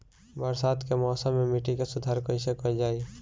बरसात के मौसम में मिट्टी के सुधार कईसे कईल जाई?